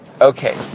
Okay